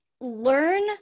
learn